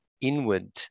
inward